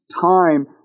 time